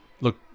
Look